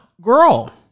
girl